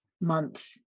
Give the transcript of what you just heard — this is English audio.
month